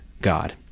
God